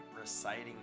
reciting